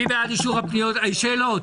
שאלות?